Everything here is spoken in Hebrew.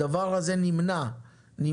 כרגע הדבר הזה נמנע ממנו,